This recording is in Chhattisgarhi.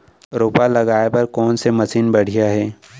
रोपा लगाए बर कोन से मशीन बढ़िया हे?